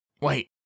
wait